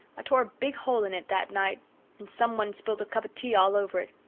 tore a big hole in it that night and someone spilled a cup of tea all over it.